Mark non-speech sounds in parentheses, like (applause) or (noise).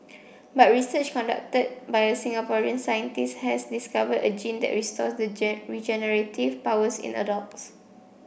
but research conducted by a Singaporean scientist has discovered a gene that restores the (unintelligible) regenerative powers in adults